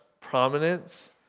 prominence